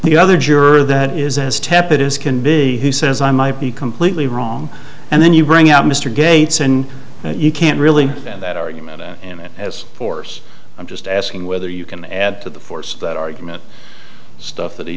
the other jurors that is as tepid is can be who says i might be completely wrong and then you bring out mr gates and you can't really and that argument as force i'm just asking whether you can add to the force that argument stuff that he